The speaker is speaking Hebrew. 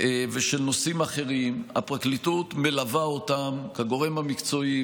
ושל נושאים אחרים הפרקליטות מלווה אותם כגורם המקצועי,